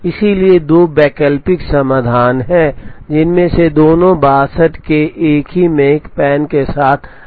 इसलिए दो वैकल्पिक समाधान हैं जिनमें से दोनों हैं 62 के एक ही मेकपैन के साथ इष्टतम